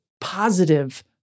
positive